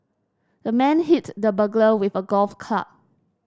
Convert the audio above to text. the man hit the burglar with a golf club